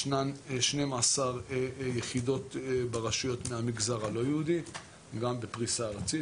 ישנן 12 יחידות ברשויות מהמגזר הלא-יהודי גם בפריסה ארצית,